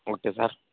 okay sir